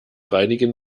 reinigen